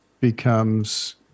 becomes